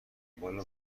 دنبال